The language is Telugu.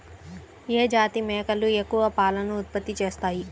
ఏ జాతి మేకలు ఎక్కువ పాలను ఉత్పత్తి చేస్తాయి?